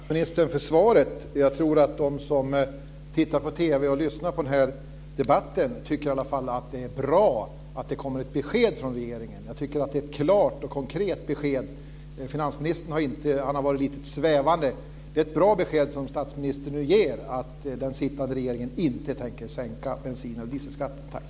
Fru talman! Jag tackar statsministern för svaret. Jag tror att de som tittar på TV och lyssnar på den här debatten tycker att det är bra att det kommer ett besked från regeringen. Jag tycker att det är ett klart och konkret besked. Finansministern har varit lite svävande. Det är ett bra besked som statsministern nu ger att den sittande regeringen inte tänker sänka bensineller dieselskatten.